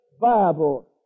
Bible